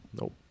Nope